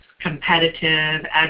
competitive